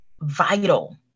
vital